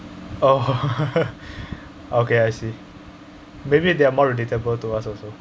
oh okay I see maybe they are more relatable to us also